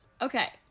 Okay